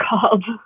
called